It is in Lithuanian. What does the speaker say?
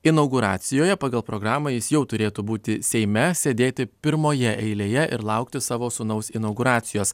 inauguracijoje pagal programą jis jau turėtų būti seime sėdėti pirmoje eilėje ir laukti savo sūnaus inauguracijos